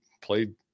played